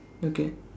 okay